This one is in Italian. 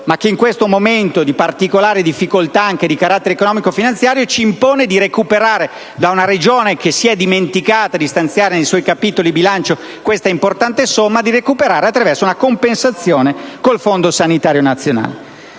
bilancio: in questo momento di particolare difficoltà, anche di carattere economico e finanziario, si impone di recuperare questo stanziamento da una Regione che si è dimenticata di stanziare nei suoi capitoli di bilancio questa importante somma, attraverso una compensazione con il fondo sanitario nazionale.